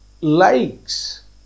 likes